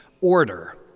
order